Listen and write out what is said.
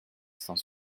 cent